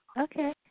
Okay